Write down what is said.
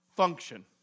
function